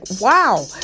wow